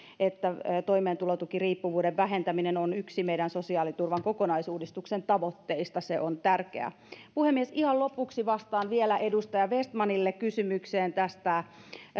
että toimeentulotukiriippuvuuden vähentäminen on yksi meidän sosiaaliturvan kokonaisuudistuksemme tavoitteista on tärkeää puhemies ihan lopuksi vastaan vielä edustaja vestmanille kysymykseen tästä